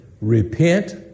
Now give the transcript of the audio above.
repent